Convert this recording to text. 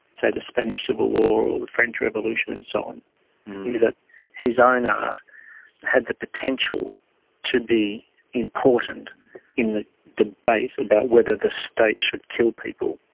say, the spanish civil war or the french revolution and so on. he knew that his own art had the potential to be important in the debate about whether the state should kill people.